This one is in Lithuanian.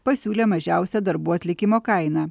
pasiūlė mažiausią darbų atlikimo kainą